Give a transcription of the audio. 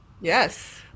Yes